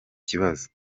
kibazo